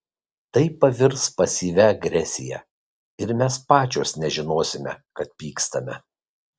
tai pavirs pasyvia agresija ir mes pačios nežinosime kad pykstame